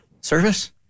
Service